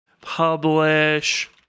publish